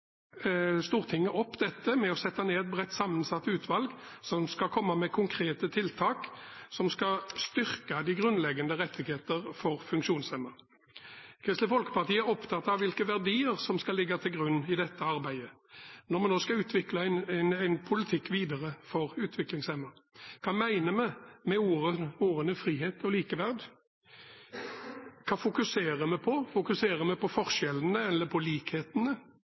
Stortinget opp dette med å sette ned et bredt sammensatt utvalg som skal komme med konkrete tiltak som skal styrke de grunnleggende rettigheter for funksjonshemmede. Kristelig Folkeparti er opptatt av hvilke verdier som skal ligge til grunn i dette arbeidet, når vi nå skal utvikle videre en politikk for utviklingshemmede. Hva mener vi med ordene «frihet» og «likeverd»? Hva fokuserer vi på? Fokuserer vi på forskjellene eller på likhetene?